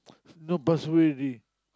no pass away already